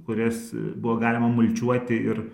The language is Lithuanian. kurias buvo galima mulčiuoti ir